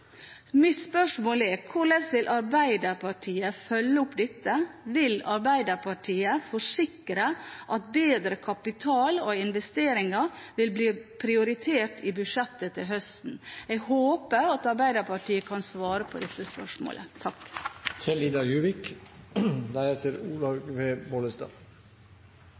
Mitt spørsmål er: Hvordan vil Arbeiderpartiet følge opp dette? Vil Arbeiderpartiet sikre at mer kapital og investeringer vil bli prioritert i budsjettet til høsten? Jeg håper at Arbeiderpartiet kan svare på dette spørsmålet.